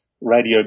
radio